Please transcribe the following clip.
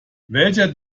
welcher